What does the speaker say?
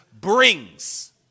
brings